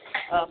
okay